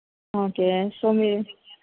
okay show me